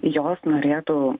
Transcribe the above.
jos norėtų